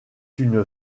une